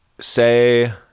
say